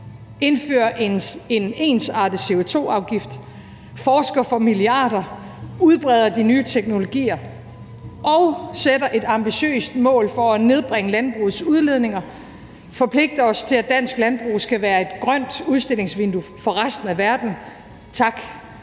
indfører en ensartet CO2-afgift, forsker for milliarder, udbreder de nye teknologier, sætter et ambitiøst mål for at nedbringe landbrugets udledninger, forpligter os til, at dansk landbrug skal være et grønt udstillingsvindue for resten af verden, og